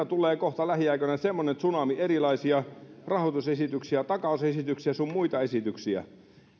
tulee lähiaikoina semmoinen tsunami erilaisia rahoitusesityksiä takausesityksiä sun muita esityksiä